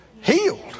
healed